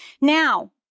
Now